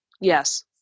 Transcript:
yes